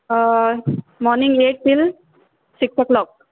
morning eight till six a clock